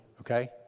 okay